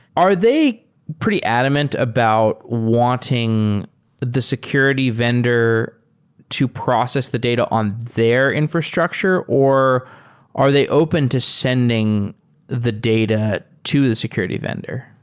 are they pretty adamant about wanting the security vendor to process the data on their infrastructure or are they open to sending the data to the security vendor?